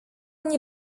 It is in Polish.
nie